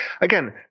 Again